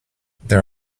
there